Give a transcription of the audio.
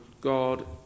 God